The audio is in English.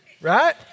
right